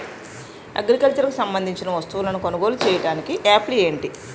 Agriculture కు సంబందించిన వస్తువులను కొనుగోలు చేయటానికి యాప్లు ఏంటి?